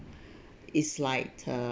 is like the